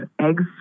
eggs